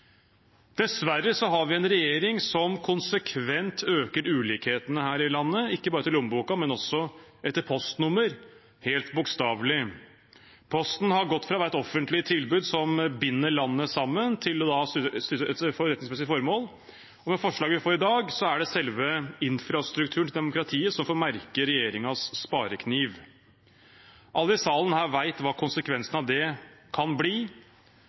Dessverre har vi en regjering som konsekvent øker ulikhetene her i landet, ikke bare etter lommeboka, men også etter postnummer – helt bokstavelig. Posten har gått fra å være et offentlig tilbud som binder landet sammen, til å ha et forretningsmessig formål. Med forslaget i dag er det selve infrastrukturen til demokratiet som får merke regjeringens sparekniv. Alle i denne salen vet hva konsekvensene av det kan bli.